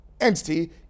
entity